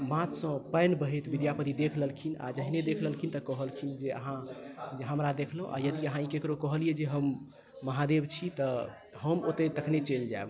माथसँ पानि बहैत विद्यापति देख लेलखिन आ जखने देखलखिन तऽ कहलखिन जे अहाँ हमरा देखलहुँ आ यदि अहाँ ई ककरहु कहलियै जे हम महादेव छी तऽ हम ओतय तखनहि चलि जायब